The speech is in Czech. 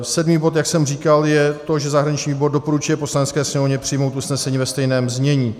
Sedmý bod, jak jsem říkal, je to, že zahraniční výbor doporučuje Poslanecké sněmovně přijmout usnesení ve stejném znění.